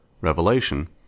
revelation